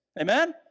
Amen